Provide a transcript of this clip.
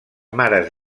mares